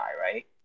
right